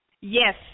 Yes